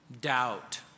Doubt